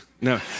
no